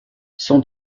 son